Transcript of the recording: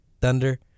thunder